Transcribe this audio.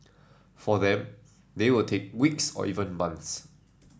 for them they will take weeks or even months